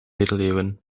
middeleeuwen